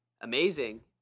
amazing